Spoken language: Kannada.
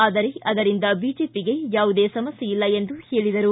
ಆದರೆ ಅದರಿಂದ ಬಿಜೆಪಿಗೆ ಯಾವುದೇ ಸಮಸ್ಯೆ ಇಲ್ಲ ಎಂದು ಹೇಳಿದರು